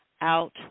out